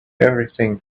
everything